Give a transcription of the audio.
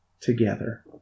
together